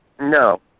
No